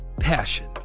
Passion